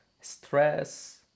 stress